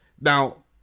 Now